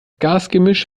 gasgemisch